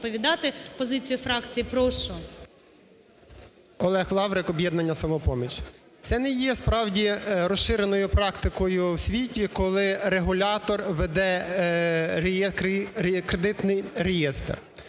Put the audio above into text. Олег Лаврик, об'єднання "Самопоміч". Це не є, справді, розширеною практикою у світі, коли регулятор веде кредитний реєстр.